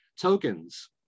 Tokens